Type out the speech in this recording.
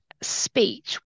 speech